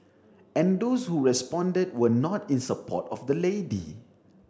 and those who responded were not in support of the lady